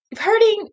hurting